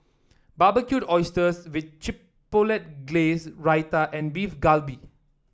Barbecued Oysters with Chipotle Glaze Raita and Beef Galbi